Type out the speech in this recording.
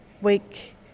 week